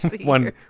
one